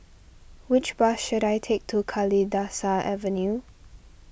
which bus should I take to Kalidasa Avenue